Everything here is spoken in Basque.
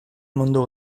mundu